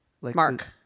Mark